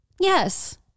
yes